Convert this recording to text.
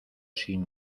sin